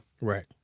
Right